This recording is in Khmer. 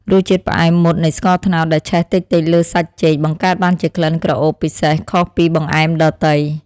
រសជាតិផ្អែមមុតនៃស្ករត្នោតដែលឆេះតិចៗលើសាច់ចេកបង្កើតបានជាក្លិនក្រអូបពិសេសខុសពីបង្អែមដទៃ។